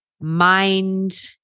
mind